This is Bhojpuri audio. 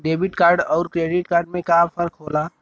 डेबिट कार्ड अउर क्रेडिट कार्ड में का फर्क होला?